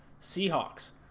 Seahawks